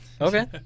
Okay